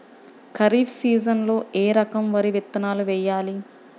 ఖరీఫ్ సీజన్లో ఏ రకం వరి విత్తనాలు వేయాలి?